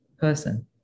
person